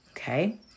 Okay